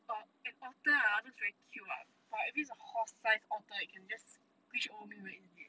uh an otter ah looks very cute ah but I think if it's a horse size otter it can just squish over me very easy eh